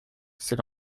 c’est